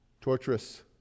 Torturous